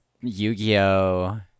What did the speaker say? Yu-Gi-Oh